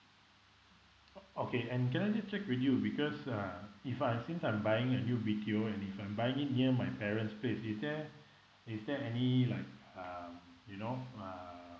oh okay and can I just check with you because uh if I since I'm buying a new B_T_O and if I'm buying it near my parent's place is there is there any like um you know uh